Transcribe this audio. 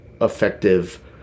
effective